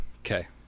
okay